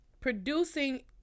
producing